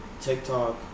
TikTok